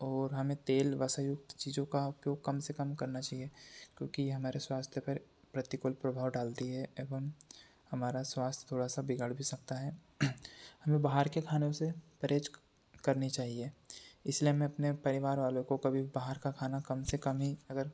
ओर हमें तेल वसायुक्त चीज़ों का उपयोग कम से कम करना चाहिए क्योंकि यह हमारे स्वास्थ पर प्रतिकूल प्रभाव डालती है एवम हमारा स्वास्थय थोड़ा सा बिगड़ भी सकता है हमें बाहर के खाने से परहेज करनी चाहिए इसलिए मैं अपने परिवार वालों को कभी भी बाहर का खाना कम से कम ही अगर